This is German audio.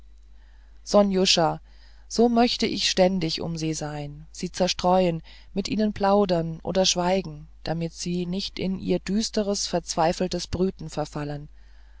sonjuscha so möchte ich ständig um sie sein sie zerstreuen mit ihnen plaudern oder schweigen damit sie nicht in ihr düsteres verzweifeltes brüten verfallen